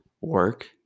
Work